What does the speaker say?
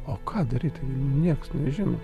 o ką daryt tai nieks nežino